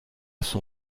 son